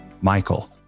Michael